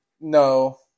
No